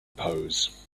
pose